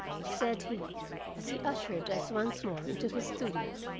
said he as he ushered us once more into his studio,